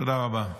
תודה רבה.